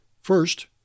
First